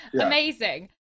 amazing